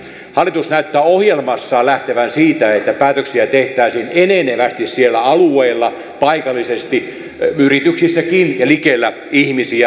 hallitus näyttää ohjelmassaan lähtevän siitä että päätöksiä tehtäisiin enenevästi siellä alueilla paikallisesti yrityksissäkin ja likellä ihmisiä